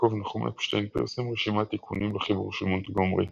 יעקב נחום אפשטיין פרסם רשימת תיקונים לחיבור של מונטגומרי.